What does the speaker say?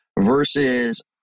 versus